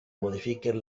modifiquen